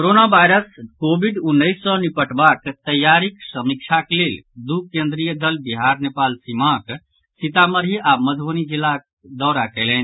corona virus covid उन्नैस सँ निपटबाक तैयारीक समीक्षाक लेल दू केंद्रीय दल बिहार नेपाल सीमाक सीतामढ़ी आओर मधुबनी जिलाक दौरा कयलनि